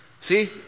See